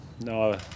no